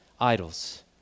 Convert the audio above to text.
idols